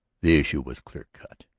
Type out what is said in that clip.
the issue was clear cut.